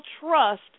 trust